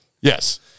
Yes